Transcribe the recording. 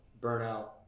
burnout